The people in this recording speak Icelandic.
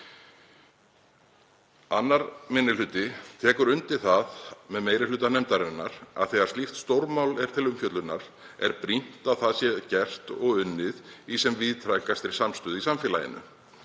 Annar minni hluti tekur undir það með meiri hluta nefndarinnar að þegar slíkt stórmál er til umfjöllunar er brýnt að það sé gert og unnið í sem víðtækastri samstöðu í samfélaginu.